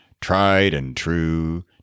tried-and-true